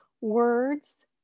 words